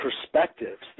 perspectives